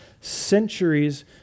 centuries